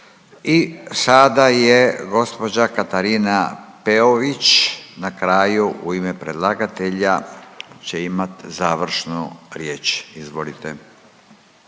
I sada je gospođa Katarina Peović na kraju u ime predlagatelja će imat završnu riječ. Izvolite.